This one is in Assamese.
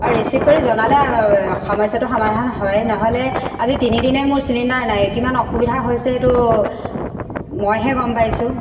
অ ৰিচিভ কৰি জনালে সমস্যাটো সমাধান হয় নহ'লে আজি তিনিদিনে মোৰ চিলিণ্ডাৰ নাই কিমান অসুবিধা হৈছে এইটো মইহে গম পাইছোঁ